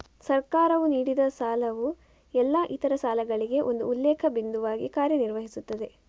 ಸರ್ಕಾರವು ನೀಡಿದಸಾಲವು ಎಲ್ಲಾ ಇತರ ಸಾಲಗಳಿಗೆ ಒಂದು ಉಲ್ಲೇಖ ಬಿಂದುವಾಗಿ ಕಾರ್ಯ ನಿರ್ವಹಿಸುತ್ತದೆ